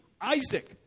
Isaac